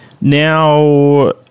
Now